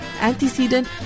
antecedent